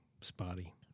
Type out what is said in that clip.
spotty